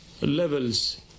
levels